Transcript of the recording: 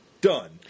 done